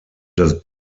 dass